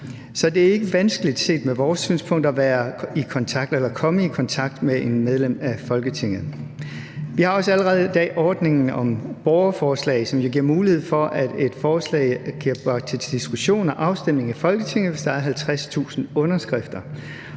Så det er ikke vanskeligt set fra vores synspunkt at komme i kontakt med et medlem af Folketinget. Vi har også allerede i dag ordningen om borgerforslag, som jo giver mulighed for, at et forslag bliver bragt til diskussion og afstemning i Folketinget, hvis der er 50.000 underskrifter.